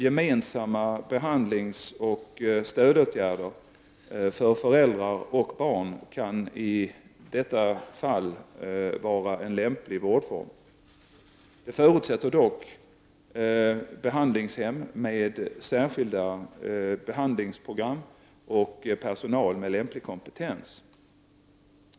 Gemensamma behandlingsoch stödåtgärder för föräldrar och barn kan i dessa fall vara en lämplig vårdform. Den förutsätter dock behandlingshem med särskilda behandlingsprogram och personal med lämplig kompetens.